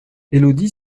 élodie